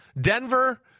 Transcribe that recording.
Denver